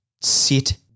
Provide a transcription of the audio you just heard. sit